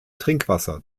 trinkwasser